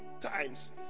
times